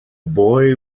boy